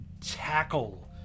tackle